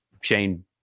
Shane